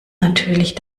natürlich